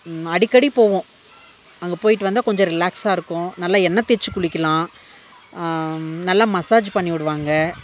அடிக்கடி போவோம் அங்கே போய்ட்டு வந்தால் கொஞ்சம் ரிலாக்ஸாக இருக்கும் நல்லா எண்ணய் தேய்ச்சு குளிக்கலாம் நல்லா மசாஜ் பண்ணிவிடுவாங்க